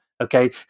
Okay